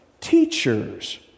teachers